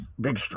big